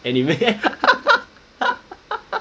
anime